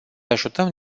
ajutăm